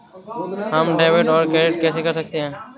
हम डेबिटऔर क्रेडिट कैसे कर सकते हैं?